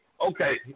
Okay